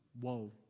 whoa